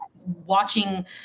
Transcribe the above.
watching